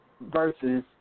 versus